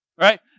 right